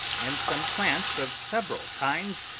and some plants of several kinds,